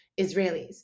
Israelis